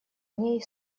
ней